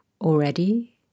already